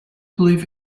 believe